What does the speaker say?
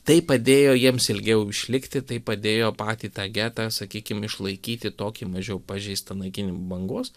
tai padėjo jiems ilgiau išlikti tai padėjo patį tą getą sakykim išlaikyti tokį mažiau pažeistą naikinimų bangos